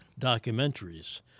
documentaries